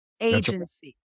agency